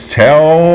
tell